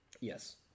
Yes